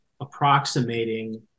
approximating